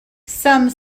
some